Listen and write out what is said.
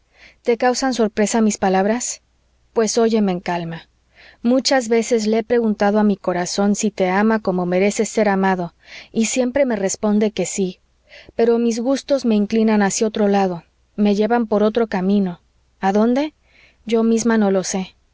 te causan sorpresa mis palabras pues óyeme en calma muchas veces le he preguntado a mi corazón si te ama como mereces ser amado y siempre me responde que sí pero mis gustos me inclinan hacia otro lado me llevan por otro camino a dónde yo misma no lo sé